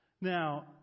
Now